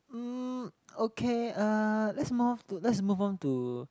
mm okay uh let's move to let's move on to